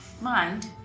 mind